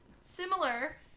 similar